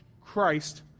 Christ